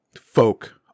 folk